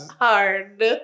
Hard